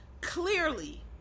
clearly